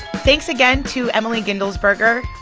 thanks again to emily guendelsberger.